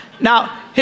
Now